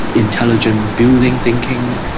intelligent building thinking.